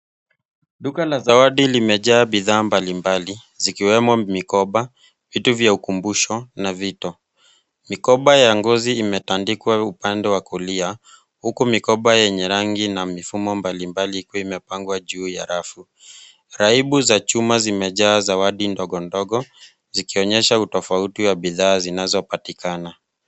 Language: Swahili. Duka la zawadi limejaa bidhaa mbalimbali zikiwemo mikoba, vitu vya ukumbusho na vito. Mikoba ya ngozi imetandikwa upande wa kulia huku mikoba yenye rangi na mifumo mbalimbali ikiwa imepangwa juu ya rafu. Raibu za chuma zimejaa zawadi ndogo ndogo zikionyesha utofauti wa bidhaa zinazopatikana.